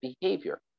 behavior